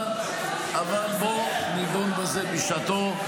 אבל בוא, נדון בזה בשעתו.